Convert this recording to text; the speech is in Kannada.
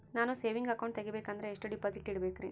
ನಾನು ಸೇವಿಂಗ್ ಅಕೌಂಟ್ ತೆಗಿಬೇಕಂದರ ಎಷ್ಟು ಡಿಪಾಸಿಟ್ ಇಡಬೇಕ್ರಿ?